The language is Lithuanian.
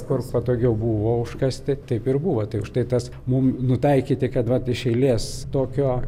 kur patogiau buvo užkasti taip ir buvo tik už tai tas mum nutaikyti kad vat iš eilės tokio